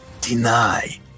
deny